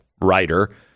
writer